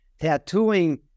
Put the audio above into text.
tattooing